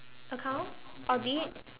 account audit